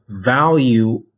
value